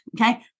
Okay